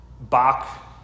Bach